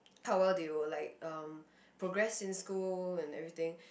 how well they will like um progress in school and everything